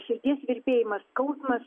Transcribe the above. širdies virpėjimas skausmas